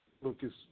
Lucas